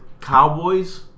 Cowboys